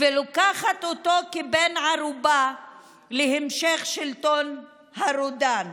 ולוקחת אותו כבן ערובה להמשך שלטון הרודן.